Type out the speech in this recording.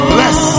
Bless